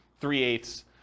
three-eighths